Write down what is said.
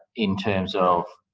in terms of